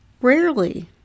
Rarely